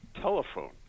telephone